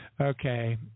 Okay